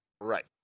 Right